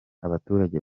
abaturage